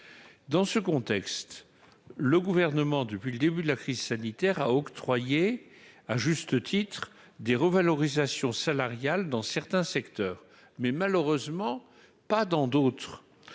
dans ce contexte, le gouvernement depuis le début de la crise sanitaire a octroyé à juste titre des revalorisations salariales dans certains secteurs, mais malheureusement pas dans d'autres,